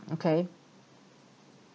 okay